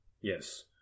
Yes